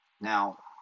Now